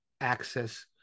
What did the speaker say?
access